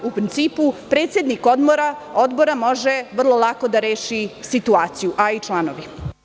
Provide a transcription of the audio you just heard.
U principu, predsednik odbora može vrlo lako da reši situaciju, a i članovi.